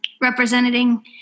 representing